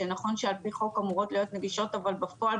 שנכון שעל פי חוק אמורות להיות נגישות אבל בפועל,